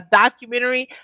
documentary